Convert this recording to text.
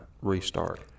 restart